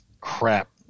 crap